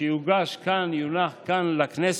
שיוגש כאן לכנסת